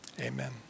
amen